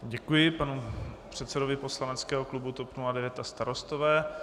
Děkuji panu předsedovi poslaneckého klubu TOP 09 a Starostové.